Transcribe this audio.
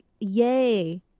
yay